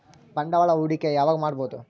ಬಂಡವಾಳ ಹೂಡಕಿ ಯಾವಾಗ್ ಮಾಡ್ಬಹುದು?